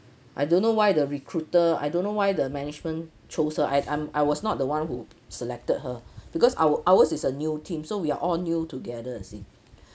I don't know why the recruiter I don't know why the management chose her I I'm I was not the one who selected her because our ours is a new team so we are all new together you see